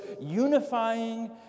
unifying